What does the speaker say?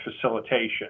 facilitation